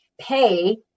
pay